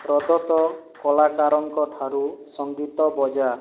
ପ୍ରଦତ୍ତ କଳାକାରଙ୍କ ଠାରୁ ସଂଗୀତ ବଜା